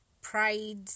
pride